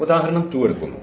ഉദാഹരണം 2 എടുക്കുന്നു